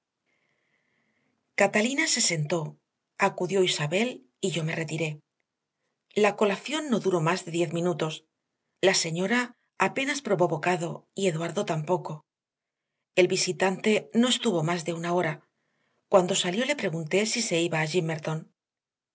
catalina se sentó acudió isabel y yo me retiré la colación no duró más de diez minutos la señora apenas probó bocado y eduardo tampoco el visitante no estuvo más de una hora cuando salió le pregunté si se iba a